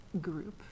group